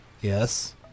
yes